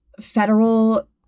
federal